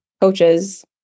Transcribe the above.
coaches